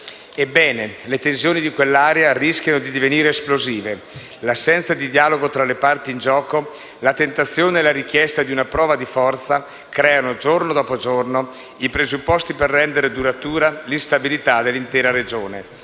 Ebbene, le tensioni di quell'area rischiano di divenire esplosive, l'assenza di dialogo tra le parti in gioco, la tentazione e la richiesta di una prova di forza, creano, giorno dopo giorno, i presupposti per rendere duratura l'instabilità dell'intera regione.